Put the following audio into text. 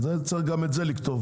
צריך גם את זה לכתוב.